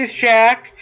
Jack